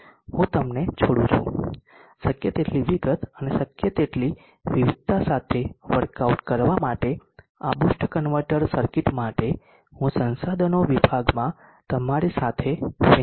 હું તમને છોડું છું શક્ય તેટલી વિગત અને શક્ય તેટલી વિવિધતા સાથે વર્કઆઉટ કરવા માટે આ બૂસ્ટ કન્વર્ટર સર્કિટ માટે હું સંસાધનો વિભાગમાં તમારી સાથે વહેચીશ